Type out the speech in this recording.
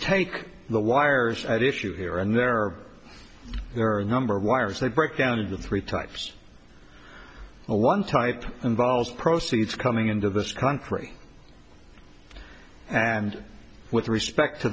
take the wires at issue here and there are there are a number of wires they break down into three types a one type involves proceeds coming into this country and with respect to